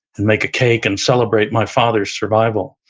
and make a cake and celebrate my father's survival.